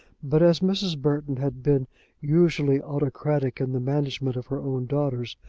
but as mrs. burton had been usually autocratic in the management of her own daughters,